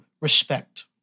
respect